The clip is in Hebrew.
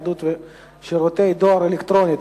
ניידות שירותי דואר אלקטרוני),